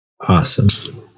Awesome